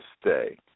stay